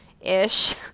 ish